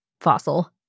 fossil